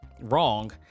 wrong